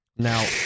Now